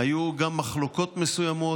היו גם מחלוקות מסוימות,